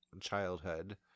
childhood